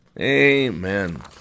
Amen